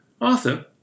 Arthur